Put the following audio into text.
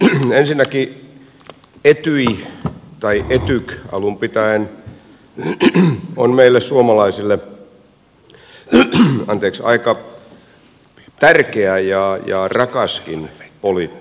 ensinnäkin etyj tai etyk alun pitäen on meille suomalaisille aika tärkeä ja rakaskin poliittinen ilmiö